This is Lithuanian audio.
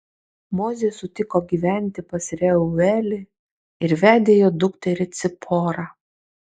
mozė sutiko gyventi pas reuelį ir vedė jo dukterį ciporą